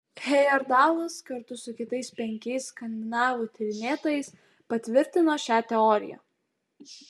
hejerdalas kartu su kitais penkiais skandinavų tyrinėtojais patvirtino šią teoriją